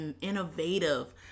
innovative